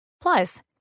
Plus